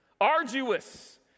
arduous